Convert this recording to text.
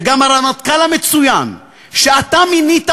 וגם הרמטכ"ל המצוין שאתה מינית,